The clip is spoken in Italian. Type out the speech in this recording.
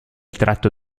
tratto